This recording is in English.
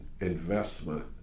investment